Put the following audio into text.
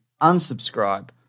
unsubscribe